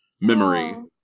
memory